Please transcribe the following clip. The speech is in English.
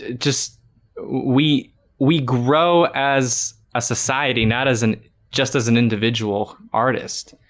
just we we grow as a society not as an just as an individual artist